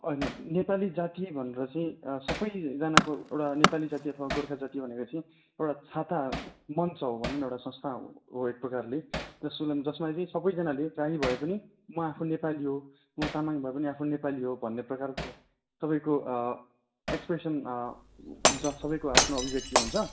होइन नेपाली जाति भनेर चाहिँ सबैजनाको एउटा नेपाली जाति अथवा गोर्खा जाति भनेको चाहिँ एउटा छाता मन्च हो भनौ न एउटा संस्था हो एक प्रकारले जसमा चाहिँ सबैजनाले जहीँ भए पनि म आफू नेपाली हो म तामाङ भए पनि आफू नेपाली हो भन्ने प्रकारको सबैको एक्सप्रेसन हुन्छ सबैको आफ्नो अभिव्यक्ति हुन्छ